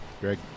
Greg